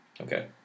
Okay